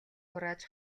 хурааж